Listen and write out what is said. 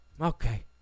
okay